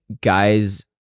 guys